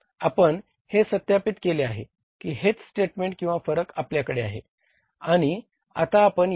आपण हे सत्यापित केली आहे की हेच स्टेटमेंट किंवा फरक आपल्याकडे आहे